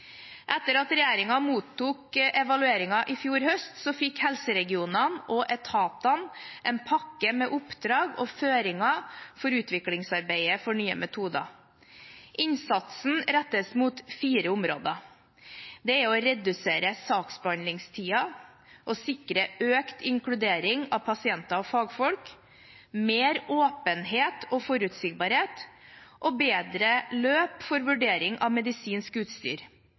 Etter at regjeringen mottok evalueringen i fjor høst, fikk helseregionene og etatene en pakke med oppdrag og føringer for utviklingsarbeidet for Nye metoder. Innsatsen rettes mot fire områder. Disse er å redusere saksbehandlingstiden, å sikre økt inkludering av pasienter og fagfolk, mer åpenhet og forutsigbarhet og bedre løp for vurdering av medisinsk utstyr.